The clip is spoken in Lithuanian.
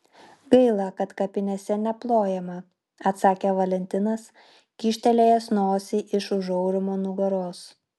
gaila kad kapinėse neplojama atsakė valentinas kyštelėjęs nosį iš už aurimo nugaros